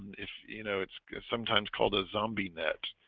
if you know, it's sometimes called a zombie net